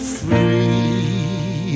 free